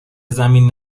زمین